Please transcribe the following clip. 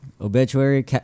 obituary